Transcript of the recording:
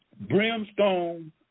Brimstone